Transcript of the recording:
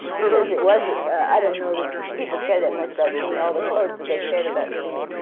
because it wasn't i don't know that people care that much about seeing all the clothes, but they cared about seeing,